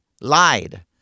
lied